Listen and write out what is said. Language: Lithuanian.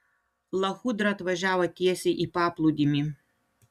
lachudra atvažiavo tiesiai į paplūdimį